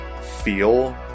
feel